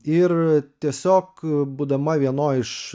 ir tiesiog būdama vienoj iš